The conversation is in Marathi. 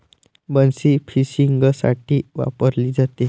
बन्सी फिशिंगसाठी वापरली जाते